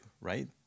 right